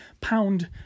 pound